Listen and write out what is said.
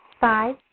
Five